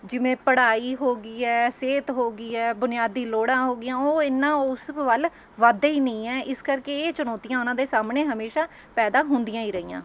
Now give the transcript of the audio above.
ਜਿਵੇਂ ਪੜ੍ਹਾਈ ਹੋਗੀ ਹੈ ਸਿਹਤ ਹੋਗੀ ਹੈ ਬੁਨਿਆਦੀ ਲੋੜਾਂ ਹੋ ਗਈਆਂ ਉਹ ਇੰਨਾ ਉਸ ਵੱਲ ਵੱਧਦੇ ਹੀ ਨੀ ਹੈ ਇਸ ਕਰਕੇ ਇਹ ਚੁਨੌਤੀਆਂ ਉਹਨਾਂ ਦੇ ਸਾਹਮਣੇ ਹਮੇਸ਼ਾ ਪੈਦਾ ਹੁੰਦੀਆਂ ਹੀ ਰਹੀਆਂ